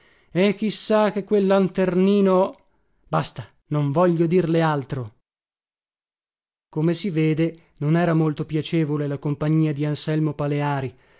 chi sa che quel lanternino basta non voglio dirle altro come si vede non era molto piacevole la compagnia di anselmo paleari